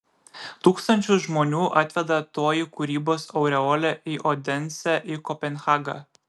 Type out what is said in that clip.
tūkstančius žmonių atveda toji kūrybos aureolė į odensę į kopenhagą